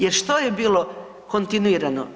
Jer što je bilo kontinuirano?